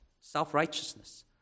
self-righteousness